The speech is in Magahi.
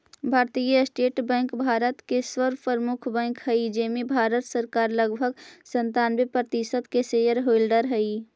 भारतीय स्टेट बैंक भारत के सर्व प्रमुख बैंक हइ जेमें भारत सरकार लगभग सन्तानबे प्रतिशत के शेयर होल्डर हइ